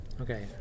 okay